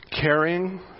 caring